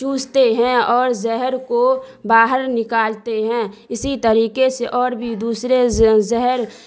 چوستے ہیں اور زہر کو باہر نکالتے ہیں اسی طریقے سے اور بھی دوسرے زہر